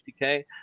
50k